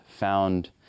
found